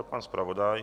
Pan zpravodaj?